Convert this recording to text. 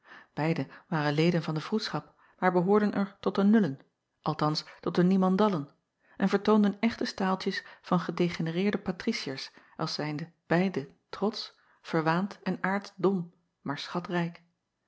eiden waren leden van de roedschap maar behoorden er tot de nullen althans tot de niemendallen en vertoonden echte staaltjes van gedegenereerde patriciërs als zijnde beiden trotsch verwaand en aartsdom maar schatrijk